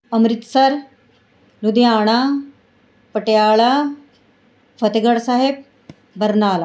Amritsar Ludhiana Patiala Fatehgarh Sahib Barnala